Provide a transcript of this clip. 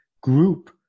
group